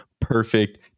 perfect